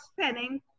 spending